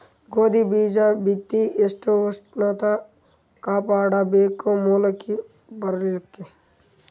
ಗೋಧಿ ಬೀಜ ಬಿತ್ತಿ ಎಷ್ಟ ಉಷ್ಣತ ಕಾಪಾಡ ಬೇಕು ಮೊಲಕಿ ಬರಲಿಕ್ಕೆ?